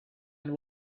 and